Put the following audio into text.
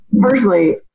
personally